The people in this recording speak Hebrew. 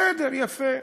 בסדר, יפה.